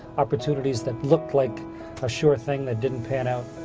opportunities that looked like a sure thing that didn't pan out.